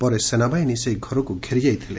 ପରେ ସେନାବାହିନୀ ସେହି ଘରକୁ ଘେରିଯାଇଥିଲେ